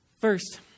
First